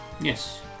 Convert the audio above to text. Yes